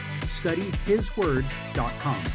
studyhisword.com